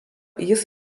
jis